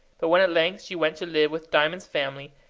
but when at length she went to live with diamond's family,